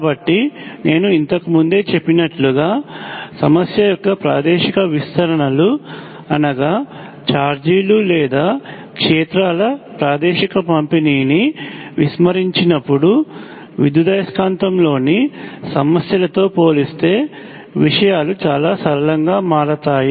కాబట్టి నేను ఇంతకు ముందే చెప్పినట్లుగా సమస్య యొక్క ప్రాదేశిక విస్తరణలు అనగా ఛార్జీలు లేదా క్షేత్రాల ప్రాదేశిక పంపిణీని విస్మరించినప్పుడు విద్యుదయస్కాంతంలోని సమస్యలతో పోలిస్తే విషయాలు చాలా సరళంగా మారతాయి